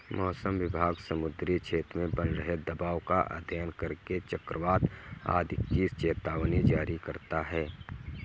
मौसम विभाग समुद्री क्षेत्र में बन रहे दबाव का अध्ययन करके चक्रवात आदि की चेतावनी जारी करता है